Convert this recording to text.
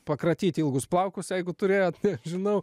pakratyti ilgus plaukus jeigu turėjot nežinau